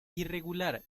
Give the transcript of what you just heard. irregular